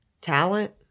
talent